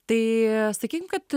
tai e sakykim kad